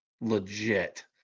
legit